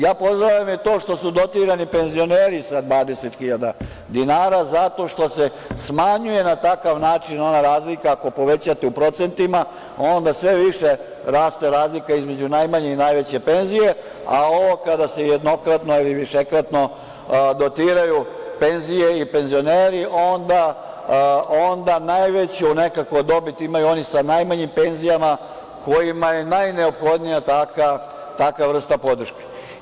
Ja pozdravljam i to što su dotirani penzioneri sa 20.000 dinara, zato što se smanjuje na takav način ona razlika, ako povećate u procentima, onda sve više raste razlika između najmanje i najveće penzije, a ovo kada se jednokratno ili višekratno dotiraju penzije i penzioneri onda najveću dobit imaju oni sa najmanjim penzijama kojima je najneophodnija takva vrsta podrške.